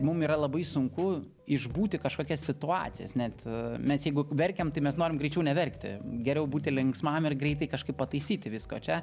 mum yra labai sunku išbūti kažkokias situacijas net mes jeigu verkiam tai mes norim greičiau neverkti geriau būti linksmam ir greitai kažkaip pataisyti viską o čia